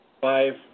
five